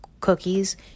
cookies